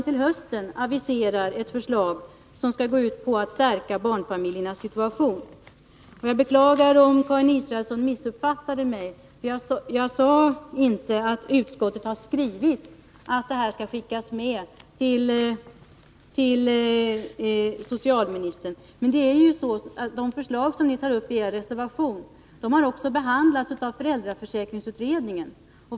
Till hösten har aviserats ett förslag som skall gå ut på att stärka barnfamiljernas situation. Jag beklagar om Karin Israelsson missuppfattade mig. Jag sade inte att utskottet har skrivit att detta skall skickas vidare till socialministern. De förslag som ni tar upp i er reservation har behandlats av föräldraförsäkringsutredningen.